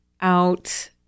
out